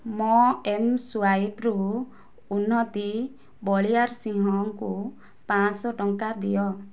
ମୋ' ଏମ୍ସ୍ୱାଇପ୍ରୁ ଉନ୍ନତି ବଳିଆରସିଂହଙ୍କୁ ପାଞ୍ଚଶହ ଟଙ୍କା ଦିଅ